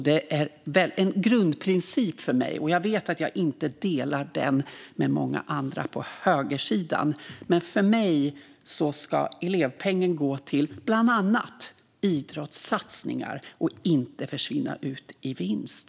Det är en grundprincip för mig, och jag vet att det finns många på högersidan som jag inte delar den med. Men för mig är det viktigt att elevpengen går till bland annat idrottssatsningar och inte försvinner ut i vinst.